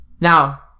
Now